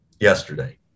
yesterday